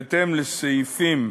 בהתאם לסעיפים